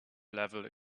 level